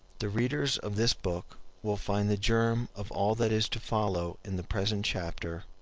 the readers of this book will find the germ of all that is to follow in the present chapter,